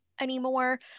anymore